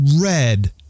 red